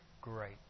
great